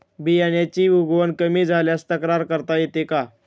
बियाण्यांची उगवण कमी झाल्यास तक्रार करता येते का?